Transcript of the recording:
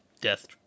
death